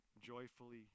joyfully